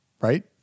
right